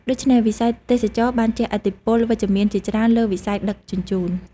ដូច្នេះ វិស័យទេសចរណ៍បានជះឥទ្ធិពលវិជ្ជមានជាច្រើនលើវិស័យដឹកជញ្ជូន។